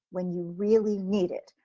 when you really need it,